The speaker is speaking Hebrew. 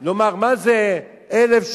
לומר: מה זה 1,800,